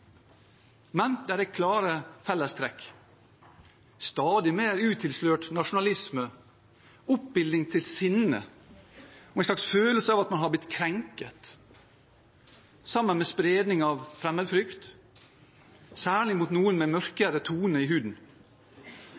men det er klare fellestrekk – stadig mer utilslørt nasjonalisme, oppildning til sinne og en slags følelse av at man har blitt krenket, sammen med spredning av fremmedfrykt, særlig mot noen med mørkere tone i huden.